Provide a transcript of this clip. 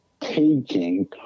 taking